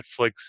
Netflix